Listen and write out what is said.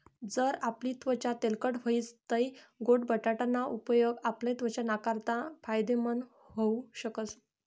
जर आपली त्वचा तेलकट व्हयी तै गोड बटाटा ना उपेग आपला त्वचा नाकारता फायदेमंद व्हऊ शकस